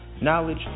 knowledge